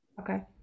Okay